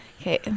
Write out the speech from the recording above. Okay